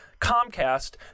Comcast